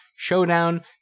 showdown